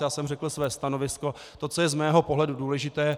Já jsem řekl své stanovisko, to, co je z mého pohledu důležité.